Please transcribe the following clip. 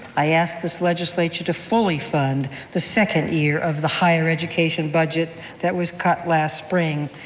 i ask this legislature to fully fund the second year of the higher education budget that was cut last spring.